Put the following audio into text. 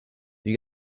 you